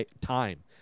time